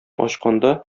ачканда